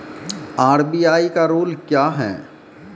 RBI का rule क्या हैं?